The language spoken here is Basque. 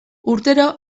urtero